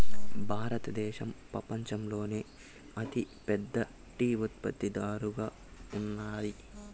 భారతదేశం పపంచంలోనే అతి పెద్ద టీ ఉత్పత్తి దారుగా ఉన్నాది